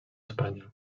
espanya